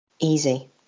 easy